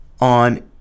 on